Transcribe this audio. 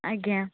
ଆଜ୍ଞା